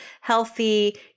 healthy